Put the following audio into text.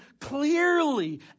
clearly